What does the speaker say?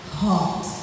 heart